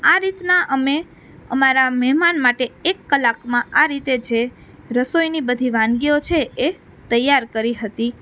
આ રીતનાં અમે અમારાં મહેમાન માટે એક કલાકમાં આ રીતે જે રસોઈની બધી વાનગીઓ છે એ તૈયાર કરી હતી